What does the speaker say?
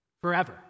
forever